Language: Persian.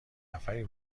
نفری